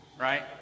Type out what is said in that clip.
Right